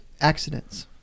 Accidents